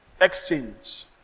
exchange